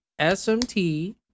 SMT